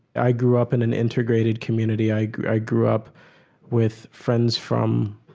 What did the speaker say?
i grew up in an integrated community. i i grew up with friends from